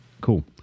Cool